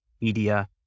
media